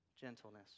gentleness